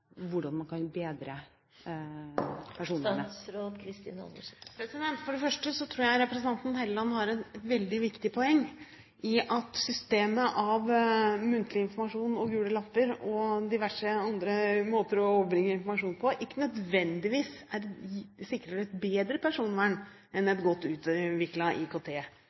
hvordan man kan bedre personvernet? For det første tror jeg representanten Hofstad Helleland har et veldig viktig poeng når hun sier at systemet med muntlig informasjon, gule lapper og diverse andre måter å overbringe informasjon på ikke nødvendigvis sikrer et bedre personvern enn et godt